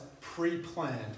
pre-planned